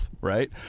right